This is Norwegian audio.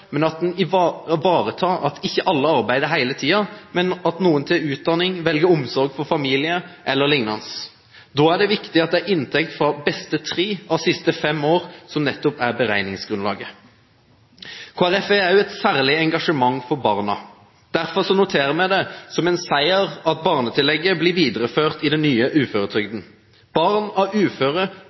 men at man ivaretar at ikke alle arbeider hele tiden – noen tar utdanning, velger omsorg for familie eller lignende. Da er det viktig at det er inntekt fra beste tre av siste fem år som er beregningsgrunnlaget. Kristelig Folkeparti har også et særlig engasjement for barna. Derfor noterer vi det som en seier at barnetillegget blir videreført i den nye uføretrygden. Barn av uføre